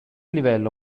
livello